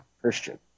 Christian